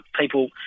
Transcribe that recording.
people